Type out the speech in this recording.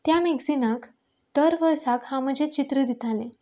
त्या मॅगजिनाक दर वर्सा हांव म्हजें चित्र दितालें